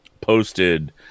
posted